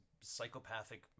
psychopathic